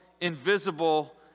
invisible